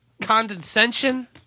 condescension